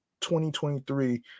2023